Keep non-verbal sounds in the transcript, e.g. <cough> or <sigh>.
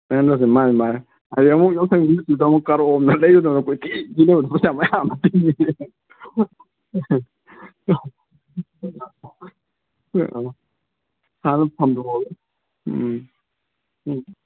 ꯁꯨꯃꯥꯏꯅ ꯇꯧꯁꯦ ꯃꯥꯒꯤ ꯃꯥꯒꯤ ꯍꯌꯦꯡꯃꯨꯛ ꯌꯥꯎꯁꯪꯒꯤ <unintelligible> ꯑꯃꯨꯛ ꯀꯥꯔꯛꯑꯣꯅ ꯂꯩꯔꯝꯗꯗꯅ ꯀꯣꯏꯊꯤ <unintelligible> <unintelligible> ꯎꯝ ꯎꯝ